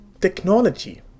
technology